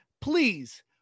please